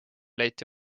leiti